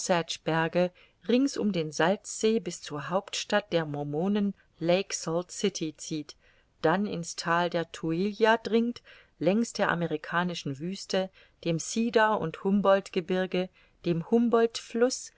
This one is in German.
rings um den salzsee bis zur hauptstadt der mormonen lake salt city zieht dann in's thal der tuilla dringt längs der amerikanischen wüste dem cedar und humboldtgebirge dem humboldtfluß